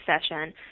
session